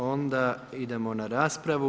Onda idemo na raspravu.